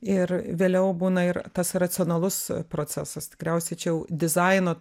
ir vėliau būna ir tas racionalus procesas tikriausiai čia jau dizaino